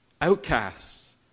Outcasts